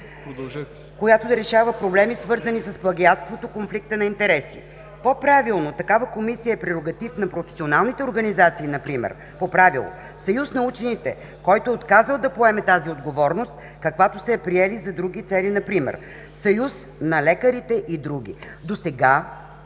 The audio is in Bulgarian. …която да решава проблеми, свързани с плагиатството, конфликта на интереси. По правило такава комисия е прерогатив на професионалните организации например Съюз на учените, който е отказал да поеме тази отговорност, каквато са я приели за други цели например Съюз на лекарите и други. Досега